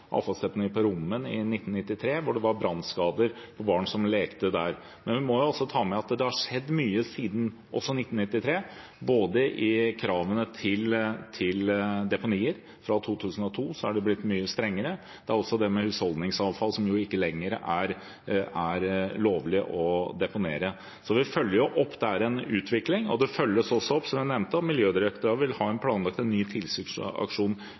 på Rommen i 1993, hvor det ble brannskader på barn som lekte der. Men vi må jo også ta med at det har skjedd mye siden 1993 når det gjelder kravene til deponier. Fra 2002 er det blitt mye strengere, også med hensyn til husholdningsavfall, som jo ikke lenger er lovlig å deponere. Så vi følger opp. Det er en utvikling, og det følges opp, slik jeg nevnte. Miljødirektoratet har planlagt en